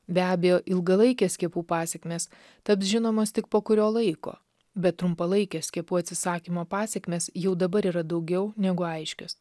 be abejo ilgalaikės skiepų pasekmės taps žinomos tik po kurio laiko bet trumpalaikės skiepų atsisakymo pasekmės jau dabar yra daugiau negu aiškios